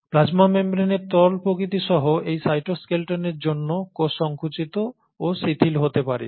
plasma মেমব্রেনের তরল প্রকৃতি সহ এই সাইটোস্কেলটনের জন্য কোষ সংকুচিত ও শিথিল হতে পারে